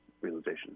realization